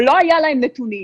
אבל לא היה להם נתונים.